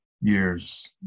years